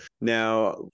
Now